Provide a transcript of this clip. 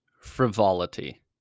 Frivolity